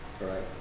right